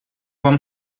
вам